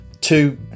Two